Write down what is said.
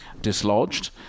dislodged